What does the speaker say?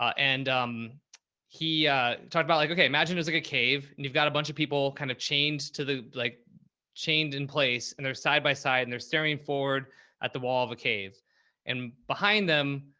and um he talked about like, okay, imagine there's like a cave and you've got a bunch of people kind of change to the like chained in place. and they're side by side and they're staring forward at the wall of a cave and behind them.